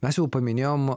mes jau paminėjom